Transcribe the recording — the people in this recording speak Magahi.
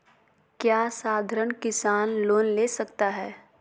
क्या साधरण किसान लोन ले सकता है?